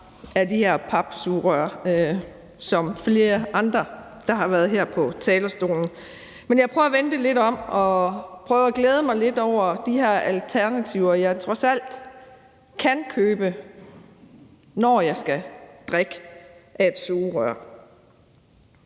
af de her papsugerør som flere andre, der har været her på talerstolen. Men jeg prøver at vende det lidt om og prøver at glæde mig lidt over de her alternativer, jeg trods alt kan købe, når jeg skal drikke af et sugerør.